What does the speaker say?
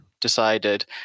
decided